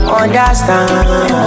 understand